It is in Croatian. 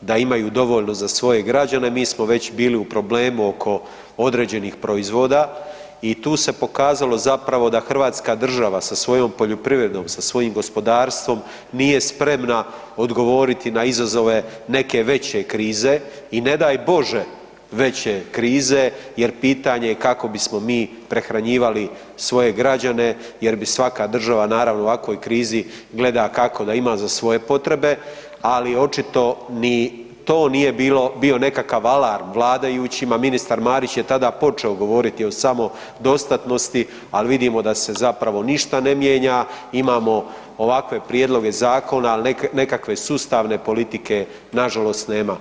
da imaju dovoljno za svoje građane, mi smo već bili u problemu oko određenih proizvoda i tu se pokazalo zapravo da Hrvatska država sa svojom poljoprivredom, sa svojim gospodarstvom nije spremna odgovoriti na izazove neke veće krize i na daj Bože veće krize, jer pitanje kako bismo mi prehranjivali svoje građane, jer bi svaka država naravno u ovakvoj krizi gleda kako da ima za svoje potrebe, ali očito ni to nije bio nekakav alarm vladajućima, ministar Marić je tada počeo govoriti o samodostatnosti, ali vidimo da se zapravo ništa ne mijenja, imamo ovakve prijedloge zakona, ali nekakve sustavne politike nažalost nema.